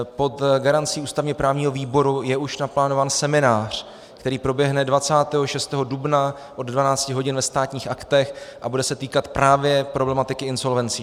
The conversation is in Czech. Pod garancí ústavněprávního výboru je už naplánován seminář, který proběhne 26. dubna od 12 hodin ve Státních aktech a bude se týkat právě problematiky insolvencí.